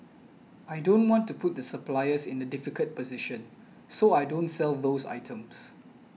I don't want to put the suppliers in the difficult position so I don't sell those items